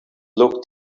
look